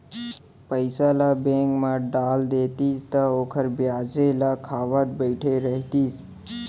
पइसा ल बेंक म डाल देतिस त ओखर बियाजे ल खावत बइठे रहितिस